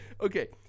Okay